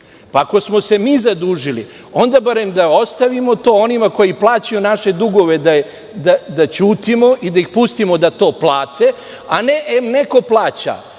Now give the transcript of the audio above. Ako smo se mi zadužili, onda barem da ostavimo to onima koji plaćaju naše dugove, da ćutimo i da ih pustimo da to plate, a ne – em neko plaća